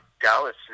Dallas